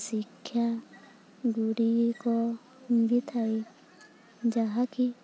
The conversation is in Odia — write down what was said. ଶିକ୍ଷା ଗୁଡ଼ିକ ମିଳିଥାଏ ଯାହାକି